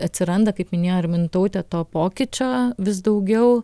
atsiranda kaip minėjo ir mintautė to pokyčio vis daugiau